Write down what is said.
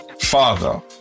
father